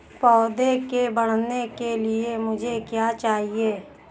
पौधे के बढ़ने के लिए मुझे क्या चाहिए?